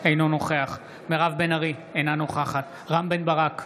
אינו נוכח מירב בן ארי, אינה נוכחת רם בן ברק,